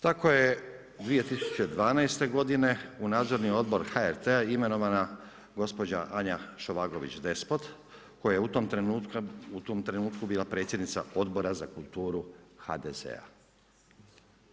Tako je 2012. godine u nadzorni odbor HRT-a imenovana gospođa Anja Šovagović Despot koja je u tom trenutku bila predsjednica Odbora za kulturu HDZ-a.